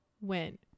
went